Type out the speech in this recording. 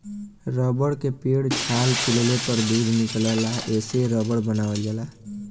rubber के पेड़ के छाल छीलले पर दूध निकलला एसे रबर बनावल जाला